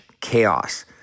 chaos